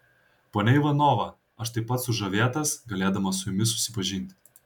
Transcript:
ponia ivanova aš taip pat sužavėtas galėdamas su jumis susipažinti